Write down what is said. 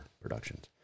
productions